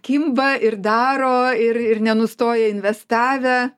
kimba ir daro ir ir nenustoja investavę